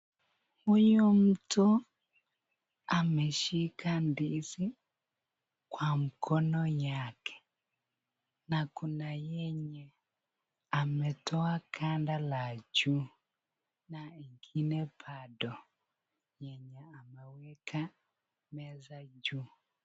Huyu mtu ameshika ndizi kwa mkono yake na kuna yenye ametoa ganda la juu na ingine bado yenye ameweka meza juu.